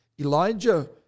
Elijah